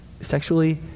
sexually